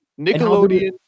Nickelodeon